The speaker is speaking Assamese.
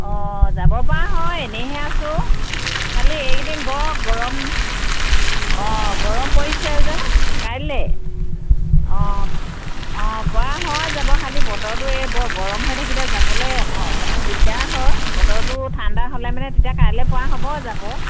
অ' যাব পৰা হয় এনেই হে আছোঁ খালি এইকেদিন বৰ গৰম অ' গৰম পৰিছে যে কাইলৈ অ' অ' পৰা হয় যাব খালি বতৰটো এই বৰ গৰম হৈ থাকিলে যাবলৈ আকৌ অলপমান দিগদাৰ হয় বতৰটো ঠাণ্ডা হ'লে মানে তেতিয়া কাইলৈ পৰা হ'ব যাব